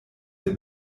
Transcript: der